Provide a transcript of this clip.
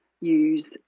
use